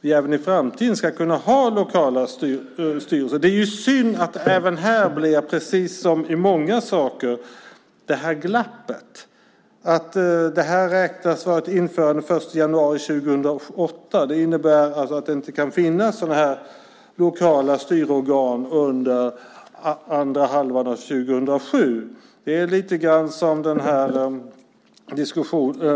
vi även i framtiden ska kunna ha lokala styrelser. Det är synd att det även här, precis som det är med många saker, blir ett glapp. Man beräknar att det här kan införas den 1 januari 2008. Det innebär alltså att det inte kan finnas lokala styrorgan under andra halvan av 2007. Det är lite grann som med frisök.